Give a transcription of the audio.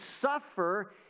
suffer